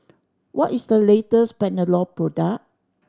what is the latest Panadol product